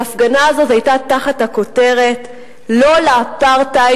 ההפגנה הזו היתה תחת הכותרת "לא לאפרטהייד,